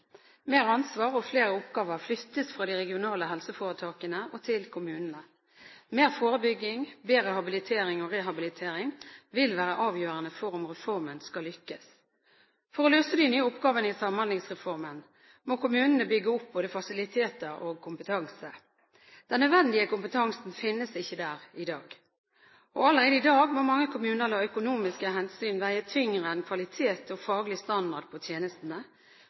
Mer ansvar og flere oppgaver flyttes fra de regionale helseforetakene til kommunene. Mer forebygging, bedre habilitering og rehabilitering vil være avgjørende for om reformen skal lykkes. For å løse de nye oppgavene i Samhandlingsreformen må kommunene bygge opp både fasiliteter og kompetanse. Den nødvendige kompetansen finnes ikke der i dag. Allerede i dag må mange kommuner la økonomiske hensyn veie tyngre enn kvalitet og faglig standard på tjenestene